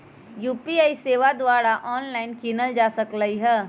UPI सेवा द्वारा online कीनल जा सकइ छइ